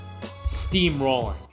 steamrolling